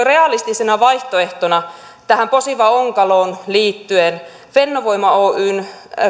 realistisena vaihtoehtona tähän posivan onkaloon liittyen fennovoima oyn